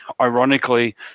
ironically